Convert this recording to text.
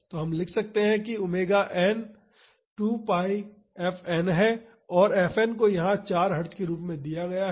तो हम लिख सकते हैं कि ⍵n1 2 pi fn है fn को यहां 4 हर्टज़ के रूप में दिया गया है